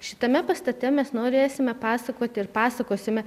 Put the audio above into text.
šitame pastate mes norėsime pasakoti ir pasakosime